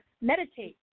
meditate